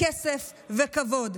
כסף וכבוד,